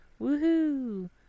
Woohoo